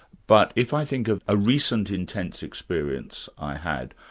but if i think of a recent intense experience i had,